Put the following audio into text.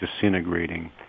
disintegrating